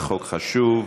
חוק חשוב.